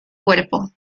cuerpo